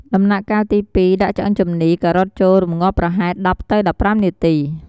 ដំណាក់់កាលទី២ដាក់ឆ្អឹងជំនី ការ៉ុតចូល រម្ងាស់ប្រហែល ១០ ទៅ១៥នាទី។